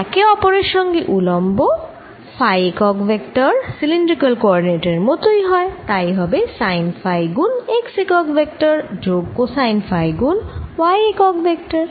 এরা একে অপরের সঙ্গে উলম্ব ফাই একক ভেক্টর সিলিন্ড্রিকাল কোঅরডিনেট এর মতই হয় তাই হবে সাইন ফাই গুণ x একক ভেক্টর যোগ কোসাইন ফাই গুণ y একক ভেক্টর